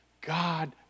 God